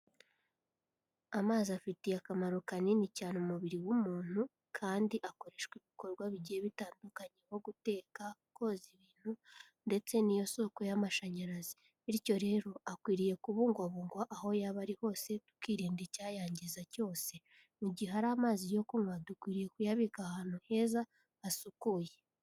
Amazi afitiye akamaro kanini cyane umubiri w'umuntu, kandi akoreshwa ibikorwa bigiye bitandukanye nko guteka, koza ibintu, ndetse ni yo soko y'amashanyarazi, bityo rero akwiriye kubungwabungwa aho yaba ari hose tukirinda icyayangiza cyose, mu gihe ari amazi yo kunywa dukwiriye kuyabika ahantu heza hasukuye.